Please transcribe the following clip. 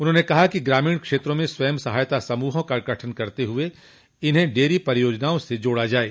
उन्होंने कहा कि ग्रामीण क्षेत्रों में स्वयं सहायता समूहों का गठन करते हुए इन्हें डेरी परियोजनाओं से जोड़ा जाये